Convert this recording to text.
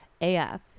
AF